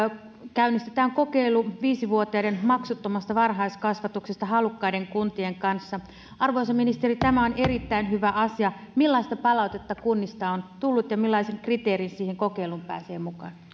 käynnistetään kokeilu viisi vuotiaiden maksuttomasta varhaiskasvatuksesta halukkaiden kuntien kanssa arvoisa ministeri tämä on erittäin hyvä asia millaista palautetta kunnista on tullut ja millaisin kriteerein siihen kokeiluun pääsee mukaan